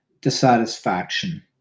dissatisfaction